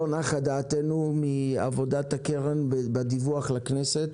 לא נחה דעתנו מעבודת הקרן בדיווח לכנסת